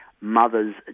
mother's